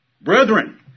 Brethren